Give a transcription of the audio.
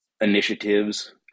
initiatives